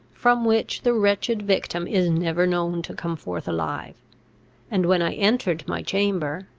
from which the wretched victim is never known to come forth alive and when i entered my chamber,